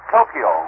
Tokyo